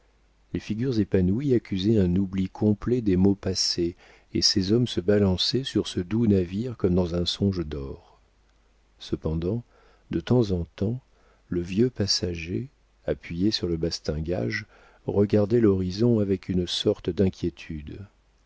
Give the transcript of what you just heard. les figures épanouies accusaient un oubli complet des maux passés et ces hommes se balançaient sur ce doux navire comme dans un songe d'or cependant de temps en temps le vieux passager appuyé sur le bastingage regardait l'horizon avec une sorte d'inquiétude